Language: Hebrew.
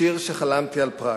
"שיר שחלמתי על פראג".